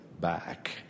back